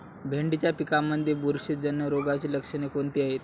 भेंडीच्या पिकांमध्ये बुरशीजन्य रोगाची लक्षणे कोणती आहेत?